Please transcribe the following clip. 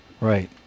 Right